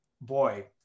boy